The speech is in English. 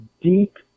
deep